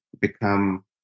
become